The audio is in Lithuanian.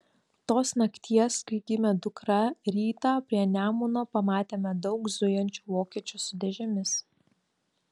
tos nakties kai gimė dukra rytą prie nemuno pamatėme daug zujančių vokiečių su dėžėmis